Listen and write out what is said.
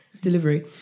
delivery